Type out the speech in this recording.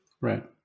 Right